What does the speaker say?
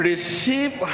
Receive